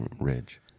ridge